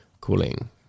cooling